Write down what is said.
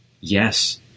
Yes